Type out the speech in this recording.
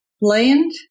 Land